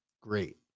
great